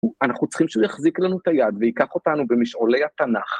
אנחנו צריכים שהוא יחזיק לנו את היד והיא ייקח אותנו במשעולי התנ״ך...